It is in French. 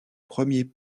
premier